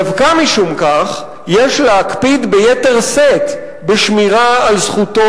דווקא משום כך יש להקפיד ביתר שאת בשמירה על זכותו